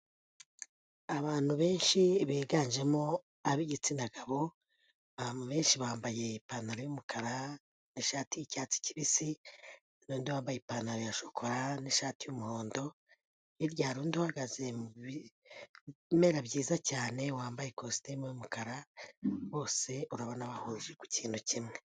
Abantu benshi biganjemo ab'igitsina gabo, abantu benshi bambaye ipantaro y'umukara n'ishati y'icyatsi kibisi, hari undi wambaye ipantaro ya shokora n'ishati y'umuhondo, hirya hari undi uhagaze mu bimera byiza cyane wambaye kositimu y'umukara, bose urabona bahuriye ku kintu kimwe.